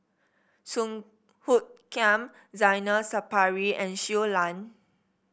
Song Hoot Kiam Zainal Sapari and Shui Lan